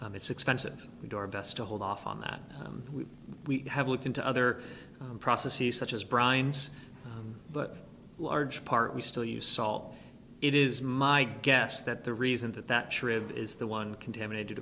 it's expensive we do our best to hold off on that we have looked into other processes such as brian's but large part we still use salt it is my guess that the reason that that trip is the one contaminated